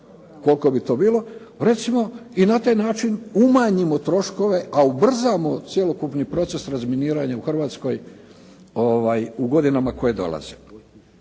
koliko bi to bilo. Recimo i na taj način umanjimo troškove, a ubrzamo cjelokupni proces razminiranja u Hrvatskoj u godinama koje dolaze.